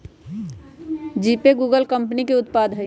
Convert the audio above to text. GPay Google company के उत्पाद हइ